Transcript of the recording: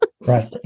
Right